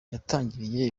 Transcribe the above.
yatangiriye